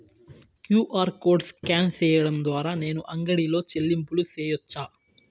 QR code scan సేయడం ద్వారా నేను అంగడి లో చెల్లింపులు సేయొచ్చా?